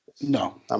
No